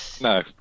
No